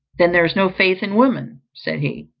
then there is no faith in woman, said he.